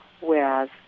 Whereas